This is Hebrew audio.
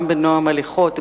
גם בנועם הליכות,